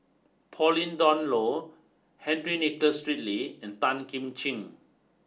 Pauline Dawn Loh Henry Nicholas Ridley and Tan Kim Ching